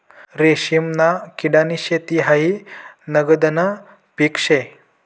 रेशीमना किडानी शेती हायी नगदनं पीक शे